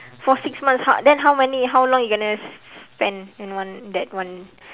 for six months how then how many how long you gonna spend in one that one